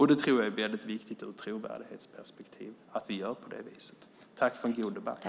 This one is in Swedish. Jag tror att det är väldigt viktigt ur ett trovärdighetsperspektiv att vi gör på det viset. Tack för en god debatt!